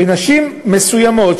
ונשים מסוימות,